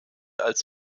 als